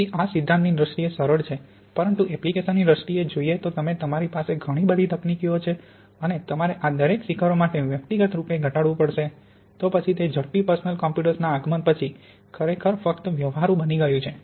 તેથી આ સિદ્ધાંતની દ્રષ્ટિએ સરળ છે પરંતુ એપ્લિકેશનની દ્રષ્ટિએ જોઈએ તો તમે તમારી પાસે ઘણી બધી તકનીકો છે અને તમારે આ દરેક શિખરો માટે વ્યક્તિગત રૂપે ઘટાડવું પડશે તો પછી તે ઝડપી પર્સનલ કમ્પ્યુટર્સના આગમન પછી ખરેખર ફક્ત વ્યવહારુ બની ગયું છે